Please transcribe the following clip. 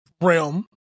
realm